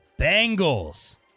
Bengals